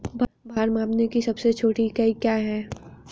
भार मापने की सबसे छोटी इकाई क्या है?